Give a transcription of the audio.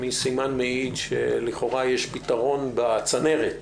היא סימן מעיד שלכאורה יש פתרון בצנרת.